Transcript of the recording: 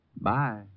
Bye